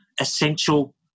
essential